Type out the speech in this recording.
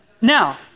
Now